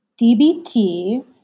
DBT